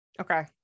okay